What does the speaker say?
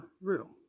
real